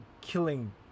killing